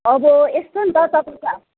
अब यस्तो नि त तपाईँको